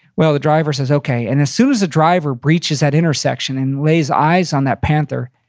well, the driver says, okay. and as soon as the driver reaches that intersection and lays eyes on that panther,